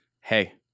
hey